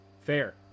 fair